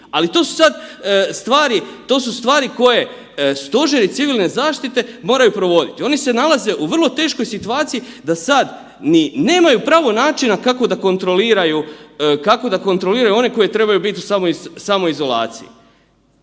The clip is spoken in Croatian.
Ali to su sada stvari koje stožeri civilne zaštite moraju provoditi. Oni se nalaze u vrlo teškoj situaciji da sad ni nemaju pravog načina kako da kontroliraju one koji trebaju biti u samoizolaciji.